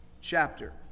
chapter